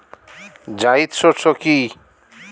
জায়িদ শস্য কি?